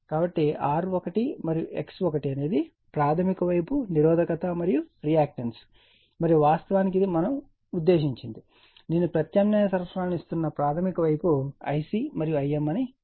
కాబట్టి R1 మరియు X1 అనేది ప్రాధమిక వైపు నిరోధకత మరియు రియాక్టన్స్ మరియు వాస్తవానికి ఇది మనం ఉద్దేశించినది నేను ప్రత్యామ్నాయ సరఫరాను ఇస్తున్న ప్రాధమిక వైపు Ic మరియు Im అని పిలుస్తాము